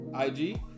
IG